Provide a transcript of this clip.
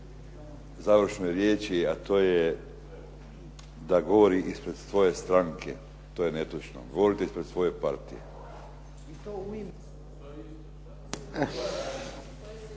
završnoj riječi, a to je da govori ispred svoje stranke. To je netočno. Govorite ispred svoje partije.